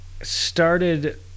Started